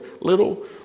little